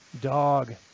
Dog